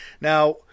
Now